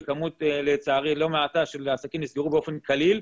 וכמות לא מעטה של עסקים נסגרו באופן קליל.